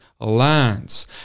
lands